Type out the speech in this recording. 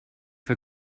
for